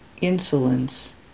insolence